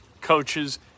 coaches